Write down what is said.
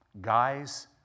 Guys